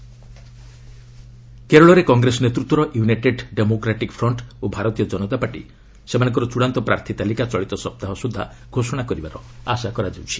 Kerala LS poll କେରଳରେ କଂଗ୍ରେସ ନେତୃତ୍ୱର ୟୁନାଇଟେଡ୍ ଡେମୋକ୍ରାଟିକ ଫ୍ରଣ୍ଟ୍ ଓ ଭାରତୀୟ ଜନତା ପାର୍ଟି ସେମାନଙ୍କର ଚୂଡ଼ାନ୍ତ ପ୍ରାର୍ଥୀ ତାଲିକା ଚଳିତ ସପ୍ତାହ ସ୍ୱଦ୍ଧା ଘୋଷଣା କରିବାର ଆଶା କରାଯାଉଛି